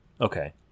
Okay